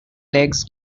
legs